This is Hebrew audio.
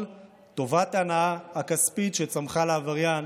את טובת ההנאה הכספית שצמחה לעבריין